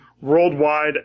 worldwide